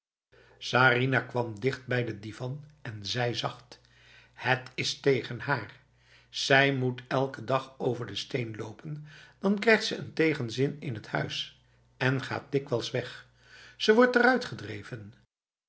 sarinah kwam dichtbij de divan en zei zacht het is tegen haar zij moet elke dag over de steen lopen dan krijgt ze een tegenzin in het huis en gaat dikwijls weg ze wordt eruit gedreven